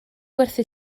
gwerthu